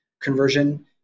conversion